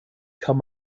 kann